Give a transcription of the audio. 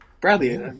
bradley